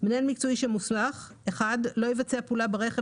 מנהל מקצועי של מוסך לא יבצע פעולה ברכב